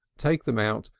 take them out,